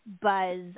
buzz